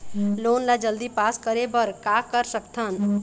Loan ला जल्दी pass करे बर का कर सकथन?